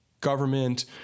government